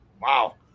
Wow